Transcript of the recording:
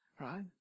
Right